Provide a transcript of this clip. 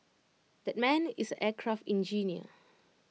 that man is aircraft engineer